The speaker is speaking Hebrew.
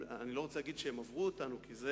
אני לא רוצה להגיד שהם עברו אותנו, כי זה